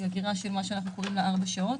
היא אגירה של ארבע שעות.